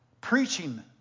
preaching